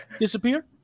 disappear